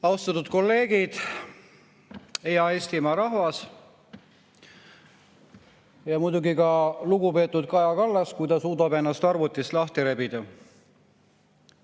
Austatud kolleegid! Hea Eestimaa rahvas! Muidugi ka lugupeetud Kaja Kallas, kui ta suudab ennast arvutist lahti rebida.